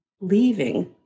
leaving